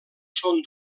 són